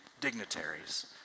dignitaries